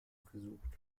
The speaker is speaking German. gesucht